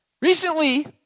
Recently